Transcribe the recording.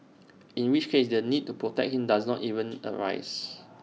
in which case the need to protect him does not even arise